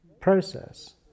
process